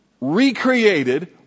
recreated